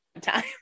time